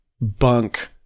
bunk